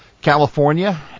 California